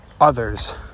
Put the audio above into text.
others